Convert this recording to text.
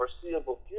foreseeable